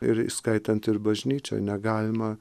ir įskaitant ir bažnyčią negalima